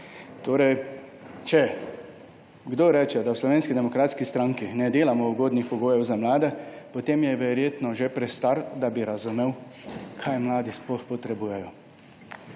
Če kdo reče, da v Slovenski demokratski stranki ne delamo ugodnih pogojev za mlade, potem je verjetno že prestar, da bi razumel, kaj mladi sploh potrebujejo.